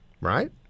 Right